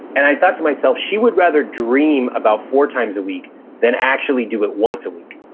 and i thought to myself, she would rather dream about four times a week than actually do it once a week.